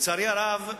לצערי הרב,